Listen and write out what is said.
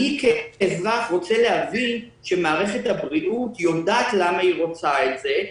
אני כאזרח רוצה להבין שמערכת הבריאות יודעת למה היא רוצה את זה,